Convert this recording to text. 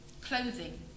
clothing